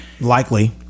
Likely